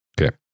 Okay